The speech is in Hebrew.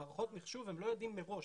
במערכות מחשוב הם לא יודעים מראש.